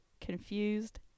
confused